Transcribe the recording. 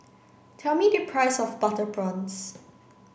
tell me the price of butter prawns